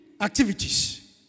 activities